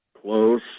close